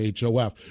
HOF